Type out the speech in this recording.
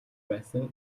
байсан